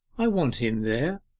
i want him there